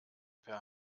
per